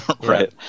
Right